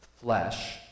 flesh